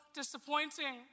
disappointing